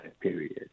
period